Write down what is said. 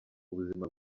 buzima